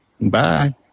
Bye